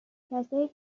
کسایی